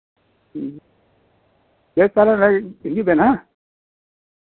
ᱦᱩᱸ ᱵᱮᱥ ᱛᱟᱞᱦᱮ ᱦᱤᱡᱩᱜ ᱵᱮᱱ ᱦᱮᱸ